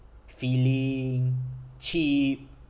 filling cheap